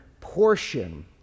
portion